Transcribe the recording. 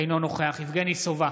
אינו נוכח יבגני סובה,